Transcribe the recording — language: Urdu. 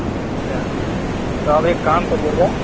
اچھا تو آپ ایک کام کرئیے گا